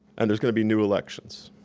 and there's gonna be new elections.